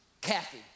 Kathy